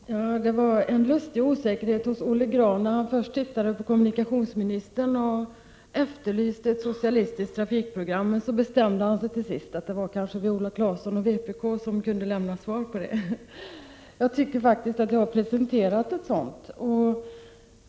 Herr talman! Det var en lustig osäkerhet hos Olle Grahn, när han först tittade på kommunikationsministern och efterlyste ett socialistiskt trafikprogram, men till sist bestämde sig för att det var jag och vpk som kunde lämna svar härvidlag. Jag tycker faktiskt att jag har presenterat ett sådant svar.